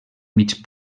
mig